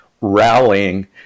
rallying